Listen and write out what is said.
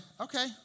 Okay